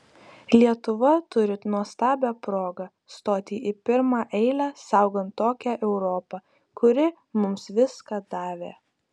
lietuva turi nuostabią progą stoti į pirmą eilę saugant tokią europą kuri mums viską davė